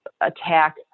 attack